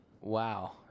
Wow